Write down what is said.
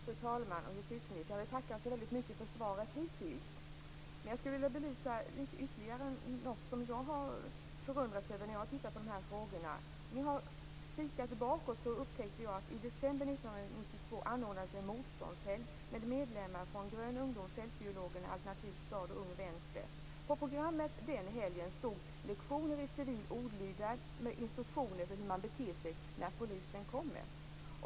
Fru talman! Jag vill tacka justitieministern så mycket för det hittills lämnade svaret, men jag skulle ytterligare vilja belysa något som jag har förundrats över när jag har tittat på de här frågorna. När jag har sett bakåt har jag upptäckt att det i december 1992 anordnades en motståndshelg med medlemmar från Grön Ungdom, Fältbiologerna, Alternativ Stad och Ung Vänster. På programmet den helgen stod lektioner i civil olydnad med instruktioner för hur man beter sig när polisen kommer.